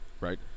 right